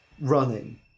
running